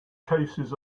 cases